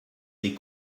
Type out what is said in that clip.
les